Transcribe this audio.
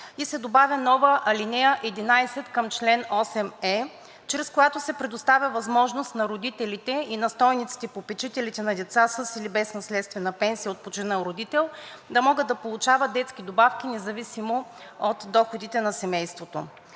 и се добавя нова ал. 11 към чл. 8е, чрез която се предоставя възможност на родителите и настойниците/попечителите на деца със или без наследствена пенсия от починал родител да могат да получават детски добавки независимо от доходите на семейството.